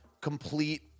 complete